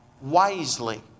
wisely